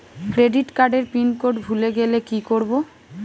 Credit কার্ডের pin code ভুলে গেলে কি করব?